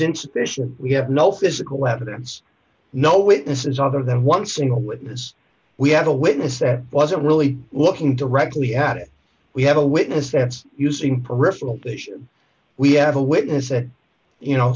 insufficient we have no physical evidence no witnesses other than once in a witness we had a witness that wasn't really looking directly at it we have a witness that's using peripheral vision we have a witness and you know